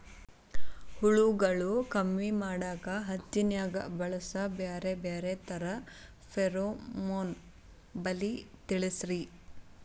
ಹುಳುಗಳು ಕಮ್ಮಿ ಮಾಡಾಕ ಹತ್ತಿನ್ಯಾಗ ಬಳಸು ಬ್ಯಾರೆ ಬ್ಯಾರೆ ತರಾ ಫೆರೋಮೋನ್ ಬಲಿ ತಿಳಸ್ರಿ